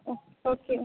ஓ okay